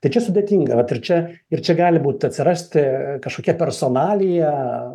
tai čia sudėtinga vat ir čia ir čia gali būt atsirasti kažkokia personalija